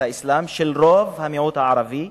האסלאם של רוב המיעוט הערבי,